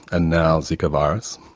and now zika virus.